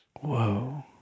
Whoa